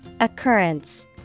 Occurrence